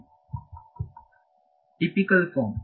ವಿದ್ಯಾರ್ಥಿ typical form